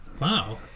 Wow